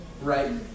right